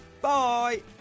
Bye